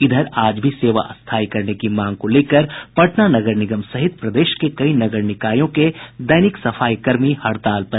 इधर आज भी सेवा स्थायी करने की मांग को लेकर पटना नगर निगम सहित प्रदेश के कई नगर निकायों के दैनिक सफाई कर्मी हड़ताल पर रहे